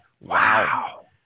Wow